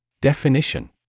Definition